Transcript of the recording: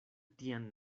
tian